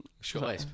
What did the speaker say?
Sure